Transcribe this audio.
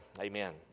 amen